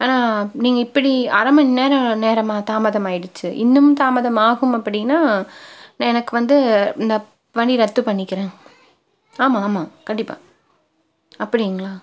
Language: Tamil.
ஆனால் நீங்கள் இப்படி அரை மணி நேரம் நேரமாக தாமதமாகிடுச்சு இன்னும் தாமதம் ஆகும் அப்படின்னால் எனக்கு வந்து இந்த பணி ரத்து பண்ணிக்கிறேன் ஆமாம் ஆமாம் கண்டிப்பாக அப்படிங்களா